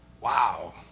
Wow